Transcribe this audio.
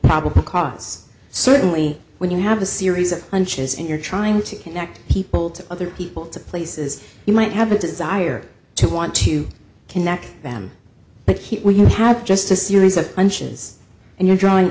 probable cause certainly when you have a series of hunches and you're trying to connect people to other people to places you might have a desire to want to connect them but here you have just a series of punches and you're drawing